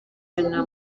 nta